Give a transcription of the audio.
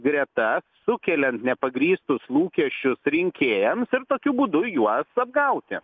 gretas sukeliant nepagrįstus lūkesčius rinkėjams ir tokiu būdu juos apgauti